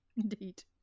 Indeed